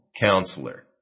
Counselor